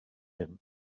him